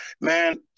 Man